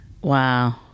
Wow